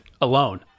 alone